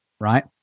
right